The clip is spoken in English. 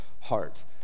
heart